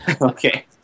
Okay